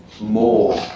more